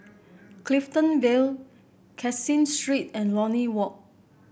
Clifton Vale Caseen Street and Lornie Walk